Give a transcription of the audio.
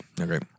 Okay